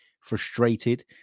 frustrated